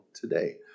today